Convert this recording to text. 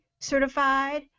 certified